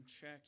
check